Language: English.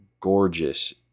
gorgeous